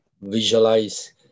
visualize